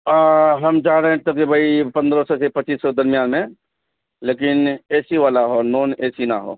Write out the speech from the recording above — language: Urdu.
ہ ہم جا رہے ہیں تو کہ بھئی پندرہ سو سے پچیس سو درمیان میں لیکن اے سی والا ہو نان اے سی نہ ہو